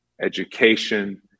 education